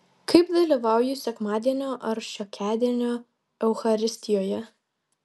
kaip dalyvauju sekmadienio ar šiokiadienio eucharistijoje